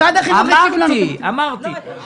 תודה רבה, הישיבה נעולה.